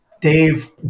dave